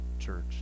Church